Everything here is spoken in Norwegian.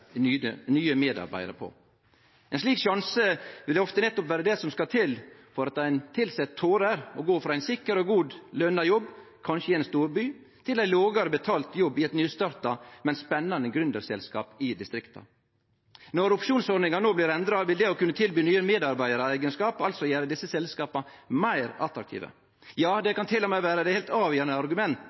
nye medarbeidarar på. Ein slik sjanse vil ofte nettopp vere det som skal til for at ein tilsett torer å gå frå ein sikker og godt lønna jobb, kanskje i ein storby, til ein lågare betalt jobb i eit nystarta, men spennande gründerselskap i distrikta. Når opsjonsordninga no blir endra, vil det å kunne tilby nye medarbeidarar eigarskap, gjere desse selskapa meir attraktive. Ja, det kan til og med vere det heilt avgjerande